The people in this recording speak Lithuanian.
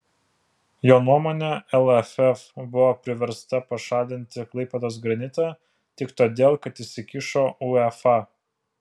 jo nuomone lff buvo priversta pašalinti klaipėdos granitą tik todėl kad įsikišo uefa